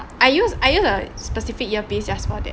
I use I use a specific earpiece just for that